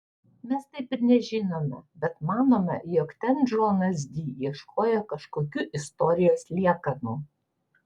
mes taip ir nežinome bet manome jog ten džonas di ieškojo kažkokių istorijos liekanų